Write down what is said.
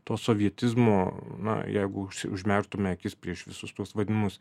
to sovietizmo na jeigu užmerktume akis prieš visus tuos vadinamus